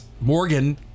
Morgan